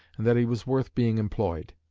and that he was worth being employed.